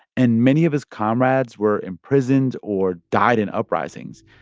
and many of his comrades were imprisoned or died in uprisings.